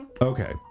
Okay